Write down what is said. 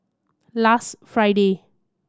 last Friday